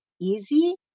easy